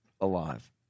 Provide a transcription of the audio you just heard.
alive